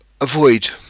avoid